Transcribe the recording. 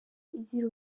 igira